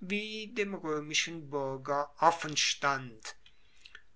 wie dem roemischen buerger offenstand